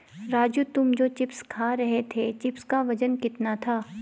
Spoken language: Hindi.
राजू तुम जो चिप्स खा रहे थे चिप्स का वजन कितना था?